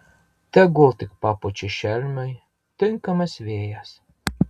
tegul tik papučia šelmiui tinkamas vėjas